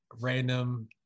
random